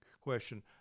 question